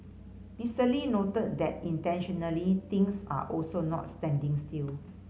Mister Lee noted that intentionally things are also not standing still